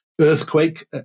earthquake